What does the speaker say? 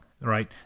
right